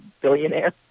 billionaire